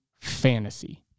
fantasy